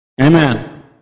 Amen